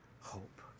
hope